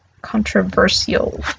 Controversial